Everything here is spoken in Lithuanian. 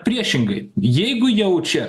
priešingai jeigu jaučia